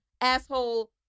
asshole